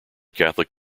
catholic